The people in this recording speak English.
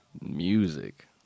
music